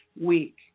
week